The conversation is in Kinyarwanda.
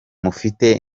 mufite